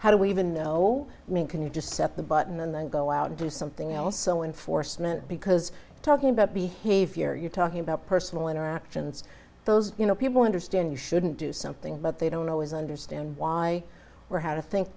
how do we even know i mean can you just set the button and then go out and do something else so enforcement because talking about behavior you're talking about personal interactions those you know people understand you shouldn't do something but they don't always understand why